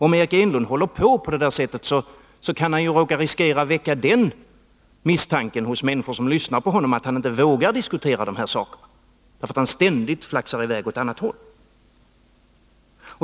Om Eric Enlund fortsätter på det där sättet, så kan han ju riskera att väcka den misstanken hos människor som lyssnar på honom, att han inte vågar diskutera dessa saker eftersom han ständigt flaxar i väg åt ett annat håll.